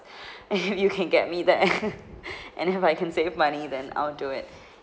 and you can get me there and I have I can save money then I'll do it